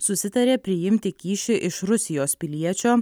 susitarė priimti kyšį iš rusijos piliečio